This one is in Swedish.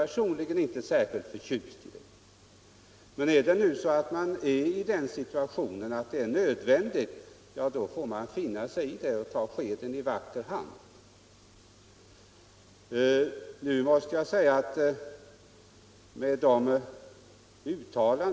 Personligen är jag inte särskilt förtjust i den. Men om det är nödvändigt — ja, då får man finna sig i det och ta skeden i vacker hand.